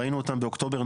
ראינו אותם באוקטובר,